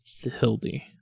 hildi